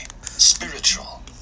spiritual